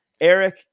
Eric